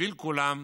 בשביל כולם.